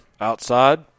outside